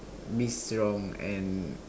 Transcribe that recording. mix around and